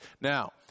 Now